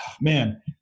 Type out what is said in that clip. man